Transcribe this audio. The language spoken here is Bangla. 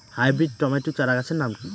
হাইব্রিড টমেটো চারাগাছের নাম কি?